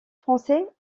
français